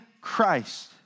Christ